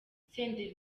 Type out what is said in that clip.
senderi